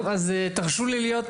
תרשו לי להיות